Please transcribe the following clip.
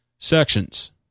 Sections